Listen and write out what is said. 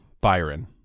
Byron